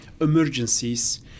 emergencies